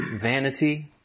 vanity